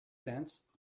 sense